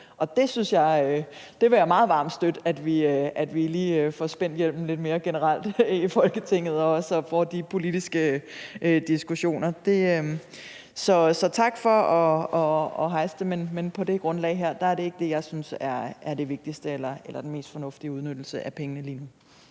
jeg vil meget varmt støtte, at vi generelt lige får spændt hjelmen lidt mere i Folketinget og får de politiske diskussioner. Så tak for at rejse emnet, men på det her grundlag er det ikke det, som jeg synes er det vigtigste eller den mest fornuftige udnyttelse af pengene lige nu.